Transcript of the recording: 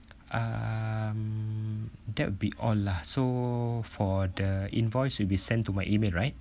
um that will be all lah so for the invoice will be sent to my email right